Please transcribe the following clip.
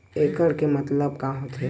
एकड़ के मतलब का होथे?